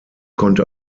konnte